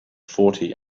forty